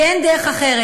כי אין דרך אחרת.